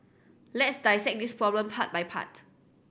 let's dissect this problem part by part